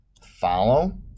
Follow